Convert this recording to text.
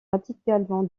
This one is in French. radicalement